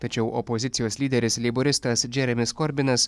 tačiau opozicijos lyderis leiboristas džeremis korbinas